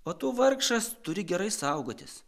o tu vargšas turi gerai saugotis